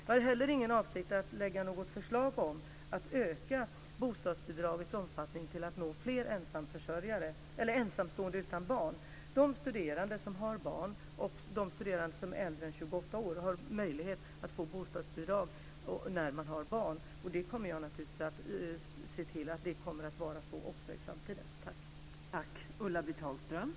Jag har heller ingen avsikt att lägga fram något förslag om att öka bostadsbidragets omfattning till att nå fler ensamstående utan barn. De studerande som är äldre än 28 år har möjlighet att få bostadsbidrag när de har barn. Jag kommer naturligtvis att se till att det kommer att vara så även i framtiden.